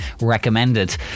recommended